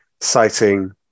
citing